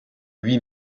lui